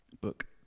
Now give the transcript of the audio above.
Book